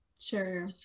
Sure